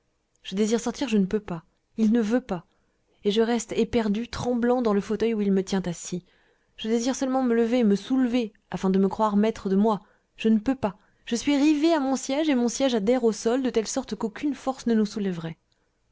je désire sortir je ne peux pas il ne veut pas et je reste éperdu tremblant dans le fauteuil où il me tient assis je désire seulement me lever me soulever afin de me croire encore maître de moi je ne peux pas je suis rivé à mon siège et mon siège adhère au sol de telle sorte qu'aucune force ne nous